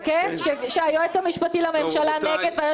כשהיועץ המשפטי לממשלה נגד?